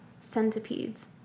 centipedes